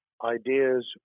ideas